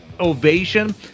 ovation